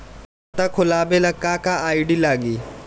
खाता खोलाबे ला का का आइडी लागी?